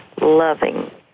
loving